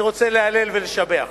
אני רוצה להלל ולשבח